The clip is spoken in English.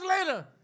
later